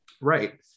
Right